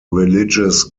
religious